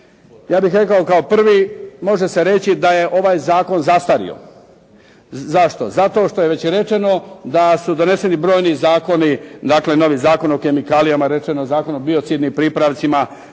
Ja bih rekao kao prvi može se reći da je ovaj zakon zastario. Zašto? Zato što je već rečeno da su doneseni brojni zakoni, dakle novi Zakon o kemikalijama, rečeni Zakon o biocidnim pripravcima,